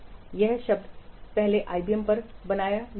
यह शब्द पहले आईबीएम पर बनाया गया था